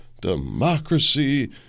Democracy